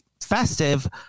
festive